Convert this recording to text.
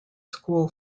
school